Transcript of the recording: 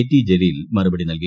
T Jaleel മറുപടി നൽകി